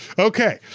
okay.